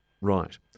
Right